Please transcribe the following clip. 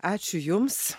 ačiū jums